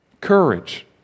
courage